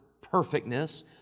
perfectness